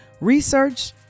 Research